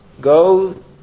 Go